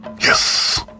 Yes